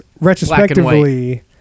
retrospectively